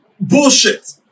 bullshit